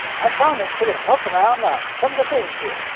as promised, we're gonna poke around on some of the things here!